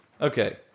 Okay